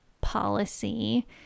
policy